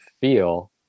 feel